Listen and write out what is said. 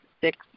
six